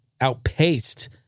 outpaced